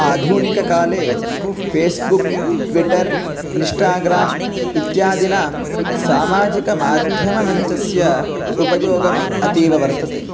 आधूनिककाले Facebook Twitter Instagram इत्यादिना सामाजिकमाध्यममञ्चस्य उपयोगम् अतीव वर्तते